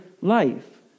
life